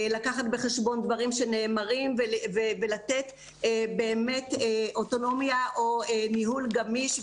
לקחת בחשבון דברים שנאמרים ולתת אוטונומיה או ניהול גמיש.